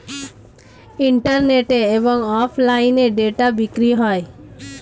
ইন্টারনেটে এবং অফলাইনে ডেটা বিক্রি হয়